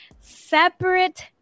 Separate